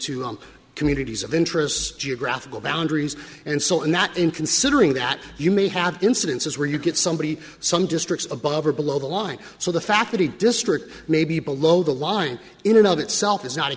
on communities of interests geographical boundaries and so in that in considering that you may have incidences where you get somebody some districts above or below the line so the fact that a district may be below the line in another itself is not a